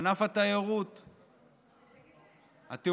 ענף התיירות, התעופה,